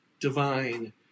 divine